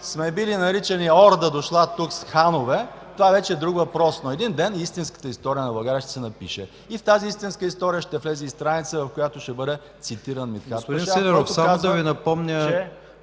сме били наричани „орда, дошла тук с ханове”, това вече е друг въпрос. Но един ден истинската история на България ще се напише и в тази истинска история ще влезе и страница, в която ще бъде цитиран и Мидхат